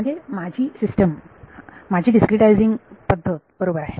म्हणजे माझी सिस्टम माझी डीस्क्रीटायझिंग पद्धत बरोबर आहे